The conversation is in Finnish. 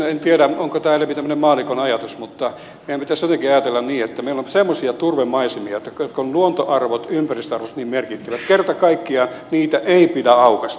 en tiedä onko tämä enempi tämmöinen maallikon ajatus mutta meidän pitäisi jotenkin ajatella niin että meillä on semmoisia turvemaisemia joiden luontoarvot ympäristöarvot ovat niin merkittävät että kerta kaikkiaan niitä ei pidä aukaista